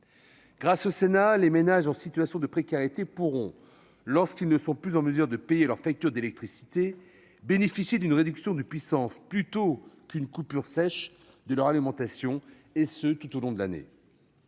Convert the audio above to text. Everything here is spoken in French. Grâce au Sénat, les ménages en situation de précarité pourront, lorsqu'ils ne sont plus en mesure de payer leurs factures d'électricité, choisir de réduire la puissance plutôt que de subir une coupure sèche de leur alimentation, et ce tout au long de l'année.